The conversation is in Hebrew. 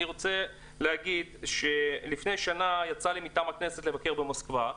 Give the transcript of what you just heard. אני רוצה להגיד שי לפני שנה יצא לי מטעם הכנסת לבקר במוסקבה,